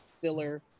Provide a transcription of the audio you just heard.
filler